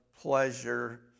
pleasure